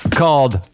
called